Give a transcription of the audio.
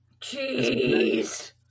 Jeez